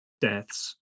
deaths